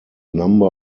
number